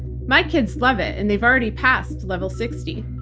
my kids love it and they've already passed level sixty.